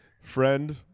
friend